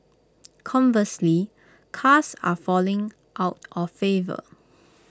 conversely cars are falling out of favour